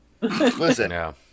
Listen